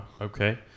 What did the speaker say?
okay